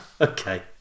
Okay